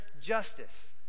justice